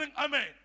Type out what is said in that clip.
amen